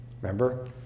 Remember